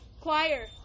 Choir